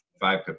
five